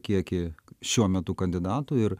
kiekį šiuo metu kandidatų ir